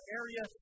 area